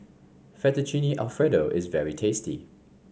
Fettuccine Alfredo is very tasty